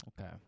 Okay